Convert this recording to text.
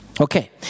Okay